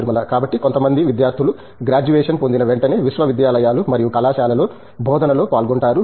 నిర్మలా కాబట్టి కొంతమంది విద్యార్థులు గ్రాడ్యుయేషన్ పొందిన వెంటనే విశ్వవిద్యాలయాలు మరియు కళాశాలలలో బోధనలో పాల్గొంటారు